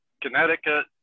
Connecticut